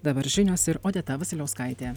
dabar žinios ir odeta vasiliauskaitė